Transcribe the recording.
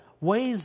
ways